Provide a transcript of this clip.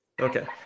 Okay